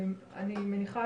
אני מניחה